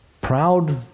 proud